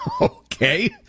Okay